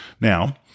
now